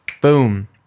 Boom